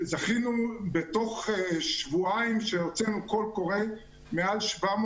הוצאו קול קורא ובתוך שבועיים מעל 700